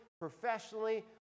professionally